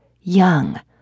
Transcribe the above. Young